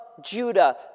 Judah